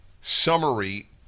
summary